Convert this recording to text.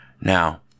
now